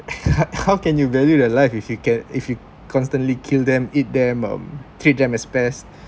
how can you value their live if you can if you constantly kill them eat them um treat them as pest